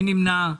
מי נמנע?